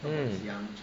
mm